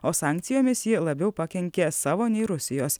o sankcijomis ji labiau pakenkė savo nei rusijos